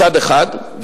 מצד אחד,